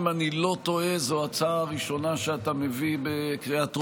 אם אני לא טועה זו ההצעה הראשונה שאתה מביא בקריאה טרומית,